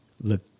look